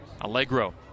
Allegro